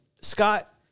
Scott